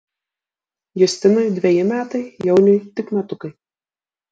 justinui dveji metai jauniui tik metukai